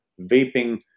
vaping